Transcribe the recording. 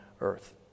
Earth